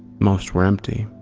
most were empty.